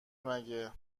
مگه